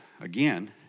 again